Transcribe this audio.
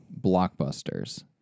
blockbusters